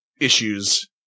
issues